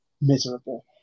miserable